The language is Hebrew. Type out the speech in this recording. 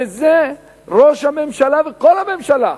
את זה ראש הממשלה וכל ממשלה,